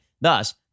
Thus